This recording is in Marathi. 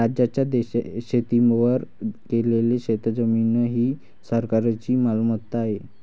राज्याच्या शेतीवर केलेली शेतजमीन ही सरकारची मालमत्ता आहे